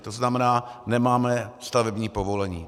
To znamená, nemáme stavební povolení.